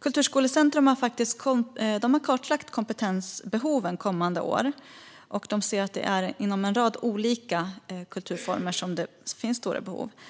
Kulturskolecentrum har kartlagt kompetensbehoven kommande år. De ser att det finns stora behov inom en rad olika kulturformer.